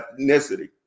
ethnicity